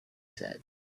said